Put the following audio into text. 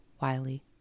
Wiley